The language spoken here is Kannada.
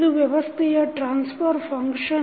ಇದು ವ್ಯವಸ್ಥೆಯ ಟ್ರಾನ್ಸ್ಫರ್ ಫಂಕ್ಷನ್